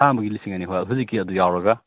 ꯊꯥ ꯑꯃꯒꯤ ꯂꯤꯁꯤꯡ ꯑꯅꯤ ꯍꯣꯏ ꯍꯧꯖꯤꯛꯀꯤ ꯑꯗꯨ ꯌꯥꯎꯔꯒ